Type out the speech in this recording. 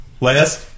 Last